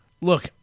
Look